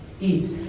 eat